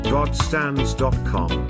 Godstands.com